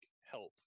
help